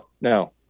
No